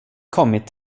kommit